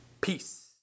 peace